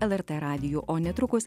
lrt radiju o netrukus